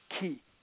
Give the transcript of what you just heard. key